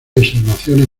observaciones